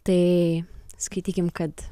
tai skaitykim kad